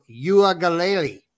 Uagaleli